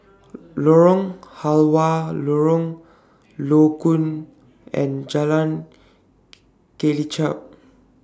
Lorong Halwa Lorong Low Koon and Jalan Kelichap